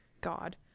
God